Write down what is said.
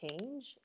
change